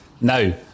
Now